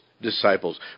disciples